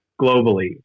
globally